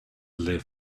live